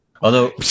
Although-